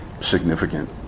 significant